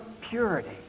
purity